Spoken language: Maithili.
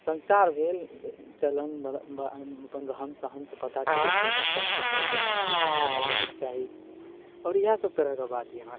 संस्कार भेल चलन अपन रहन सहनसँ पता चलय छै अपन साफ सफाइसँ हरचीज साफ सफाइ रहयके चाही आओर इएह सब तरहके बात यऽ